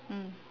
mm